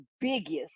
biggest